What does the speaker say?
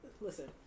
listen